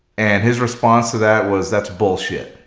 and his response to that was that's bullshit.